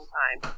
time